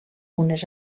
unes